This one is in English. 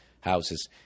houses